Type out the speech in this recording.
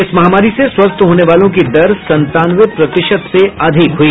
इस महामारी से स्वस्थ होने वालों की दर संतानवे प्रतिशत से अधिक हुई